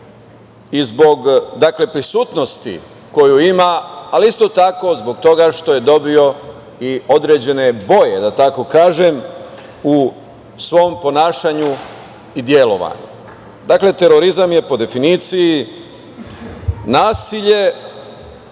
i zbog prisutnosti koju ima, ali isto tako zbog toga što je dobio i određene boje, da tako kažem, u svom ponašanju i delovanju. Terorizam je po definiciji nasilje